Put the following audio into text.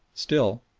still,